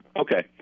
okay